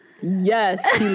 Yes